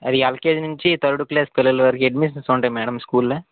అది ఎల్కేజీ నుంచి third class పిల్లలు వరకు అడ్మిషన్స్ ఉంటాయి మేడం స్కూల్లో